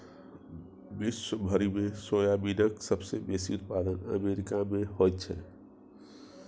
विश्व भरिमे सोयाबीनक सबसे बेसी उत्पादन अमेरिकामे होइत छै